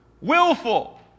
Willful